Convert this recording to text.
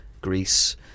Greece